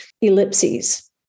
ellipses